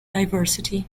diversity